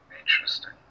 Interesting